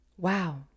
Wow